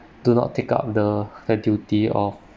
do not take up the the duty of